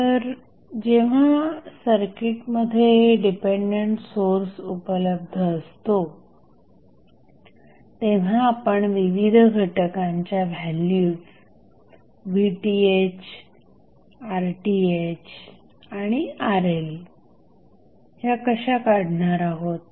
तर जेव्हा सर्किटमध्ये डिपेंडंट सोर्स उपलब्ध असतो तेव्हा आपण विविध घटकांच्या व्हॅल्यूज VTh RTh आणि RL ह्या कशा काढणार आहोत